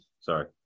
Sorry